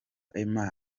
emma